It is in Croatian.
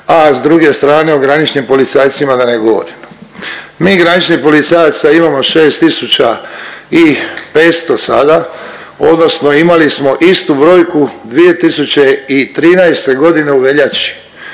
a s druge strane o graničnim policajcima da ne govorimo. Mi graničnih policajaca imamo 6 tisuća i 500 sada odnosno imali smo istu brojku 2013.g. u veljači.